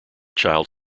child